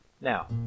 now